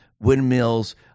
windmills